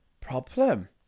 problem